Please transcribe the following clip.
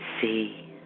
see